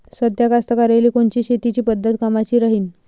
साध्या कास्तकाराइले कोनची शेतीची पद्धत कामाची राहीन?